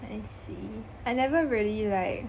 I see I never really like